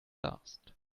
last